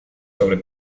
sobre